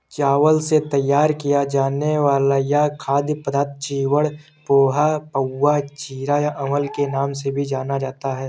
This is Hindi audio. चावल से तैयार किया जाने वाला यह खाद्य पदार्थ चिवड़ा, पोहा, पाउवा, चिरा या अवल के नाम से भी जाना जाता है